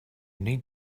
need